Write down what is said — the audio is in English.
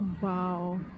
Wow